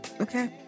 Okay